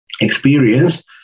experience